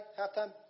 Halftime